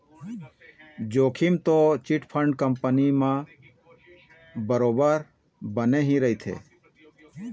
जोखिम तो chit fund company मन म बरोबर बने ही रहिथे